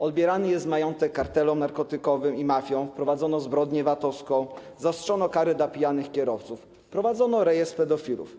Odbierany jest majątek kartelom narkotykowym i mafiom, wprowadzano zbrodnię VAT-owską, zaostrzono kary dla pijanych kierowców, wprowadzono rejestr pedofilów.